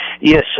Yes